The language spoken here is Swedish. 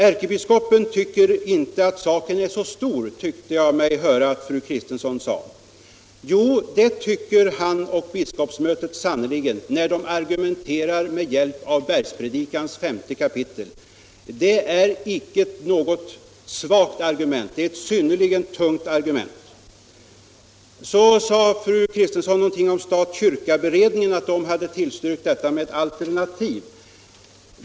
Ärkebiskopen tycker inte att saken är så stor, tyckte jag mig höra att fru Kristensson sade. Jo, det tycker han och biskopsmötet sannerligen när de argumenterar med hjälp av Bergspredikans femte kapitel. Det är icke något svagt argument utan det är ett synnerligen tungt argument. Så sade fru Kristensson någonting om att stat-kyrka-beredningen hade tillstyrkt förslaget med alternativ.